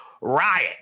riot